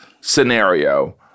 scenario